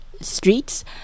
streets